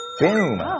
Boom